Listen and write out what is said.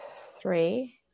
three